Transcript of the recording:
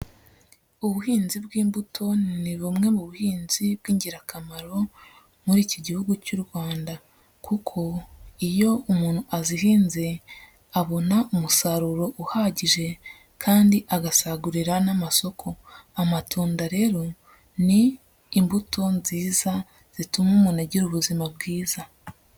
Ubuhinzi bw'imbuto ni bumwe mu buhinzi bw'ingirakamaro muri iki gihugu cy'u Rwanda, kuko iyo umuntu azihinze abona umusaruro uhagije, kandi agasagurira n'amasoko, amatunda rero ni imbuto nziza zituma umuntu agira ubuzima bwiza.